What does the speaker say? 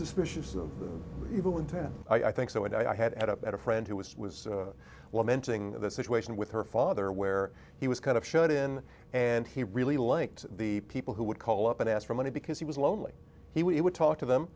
suspicious of the evil intent i think so and i had at up at a friend who was was well mentioning the situation with her father where he was kind of shut in and he really liked the people who would call up and ask for money because he was lonely he would talk to them